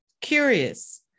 curious